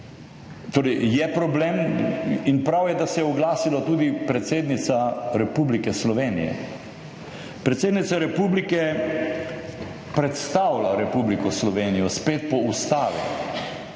torej je problem in prav je, da se je oglasila tudi predsednica Republike Slovenije. Predsednica republike predstavlja Republiko Slovenijo, spet po Ustavi,